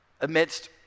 amidst